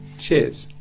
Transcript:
cheers!